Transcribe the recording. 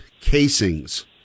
casings